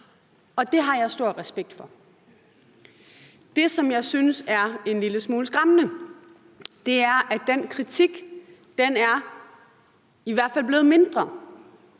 og det har jeg stor respekt for. Det, som jeg synes er en lille smule skræmmende, er, at den kritik i hvert fald er blevet mindre,